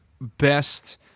best